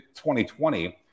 2020